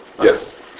Yes